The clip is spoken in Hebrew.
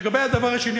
לגבי הדבר השני,